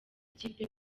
ikipe